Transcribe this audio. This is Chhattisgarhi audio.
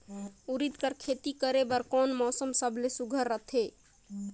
उरीद कर खेती करे बर कोन मौसम सबले सुघ्घर रहथे?